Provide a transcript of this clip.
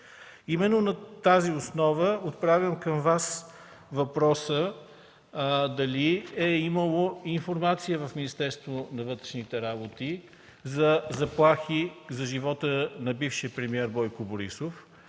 Именно на тази основа отправям към Вас въпрос: дали е имало информация в Министерството на вътрешните работи за заплахи за живота на бившия премиер Бойко Борисов?